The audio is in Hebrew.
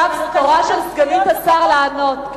עכשיו תורה של סגנית השר לענות.